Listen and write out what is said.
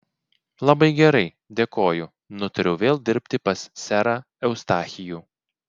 labai gerai dėkoju nutariau vėl dirbti pas serą eustachijų